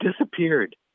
disappeared